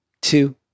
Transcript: two